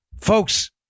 folks